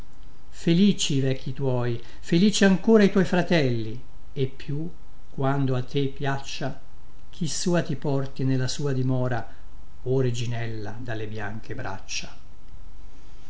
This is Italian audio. vecchi tuoi felici ancora i tuoi fratelli e più quando a te piaccia chi sua ti porti nella sua dimora o reginella dalle bianche braccia